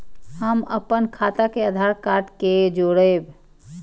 हम अपन खाता के आधार कार्ड के जोरैब?